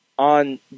On